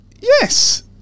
Yes